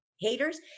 Haters